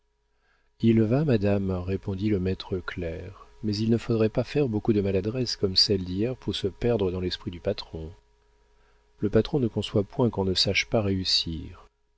il va madame répondit le maître clerc mais il ne faudrait pas faire beaucoup de maladresses comme celle d'hier pour se perdre dans l'esprit du patron le patron ne conçoit point qu'on ne sache pas réussir